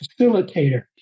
facilitator